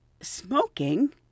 smoking